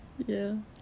ya